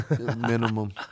Minimum